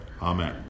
Amen